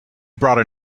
brought